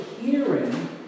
hearing